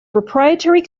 proprietary